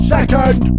Second